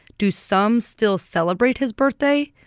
do some still celebrate his birthday,